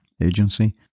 agency